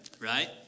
Right